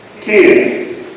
Kids